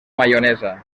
maionesa